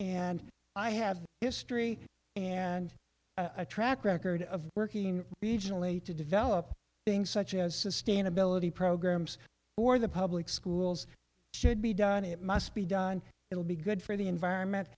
and i have a history and a track record of working regionally to develop things such as sustainability programs or the public schools should be done it must be done it will be good for the environment